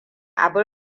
abin